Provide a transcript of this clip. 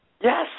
Yes